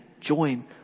join